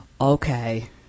okay